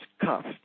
cuffed